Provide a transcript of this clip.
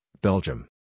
Belgium